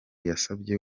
yasabye